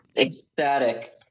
ecstatic